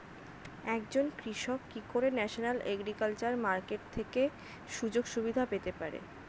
একজন কৃষক কি করে ন্যাশনাল এগ্রিকালচার মার্কেট থেকে সুযোগ সুবিধা পেতে পারে?